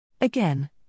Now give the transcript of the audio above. Again